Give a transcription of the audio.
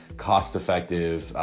cost effective,